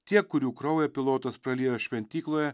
tie kurių kraują pilotas praliejo šventykloje